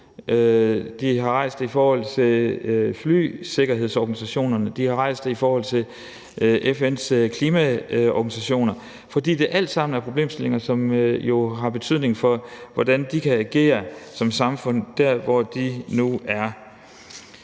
De har rejst det i forhold til flysikkerhedsorganisationerne. De har rejst det i forhold til FN's klimaorganisationer. For det er alt sammen problemstillinger, som jo har betydning for, hvordan de kan agere som samfund der, hvor de nu er.